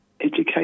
education